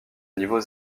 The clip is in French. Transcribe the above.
niveau